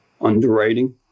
underwriting